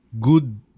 good